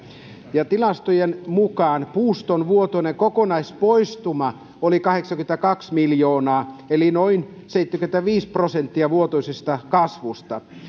ja tilastojen mukaan puuston vuotuinen kokonaispoistuma oli kahdeksankymmentäkaksi miljoonaa eli noin seitsemänkymmentäviisi prosenttia vuotuisesta kasvusta